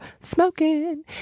smoking